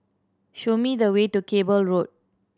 show me the way to Cable Road